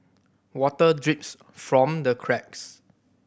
water drips from the cracks